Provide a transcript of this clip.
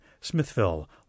Smithville